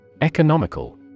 Economical